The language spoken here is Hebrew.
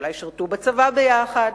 אולי שירתו בצבא ביחד,